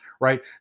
right